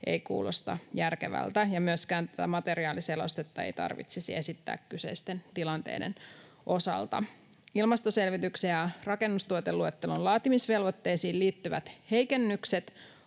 ei kuulosta järkevältä. Myöskään materiaaliselostetta ei tarvitsisi esittää kyseisten tilanteiden osalta. Ilmastoselvityksien ja rakennustuoteluettelon laatimisvelvoitteisiin liittyvät heikennykset